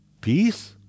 peace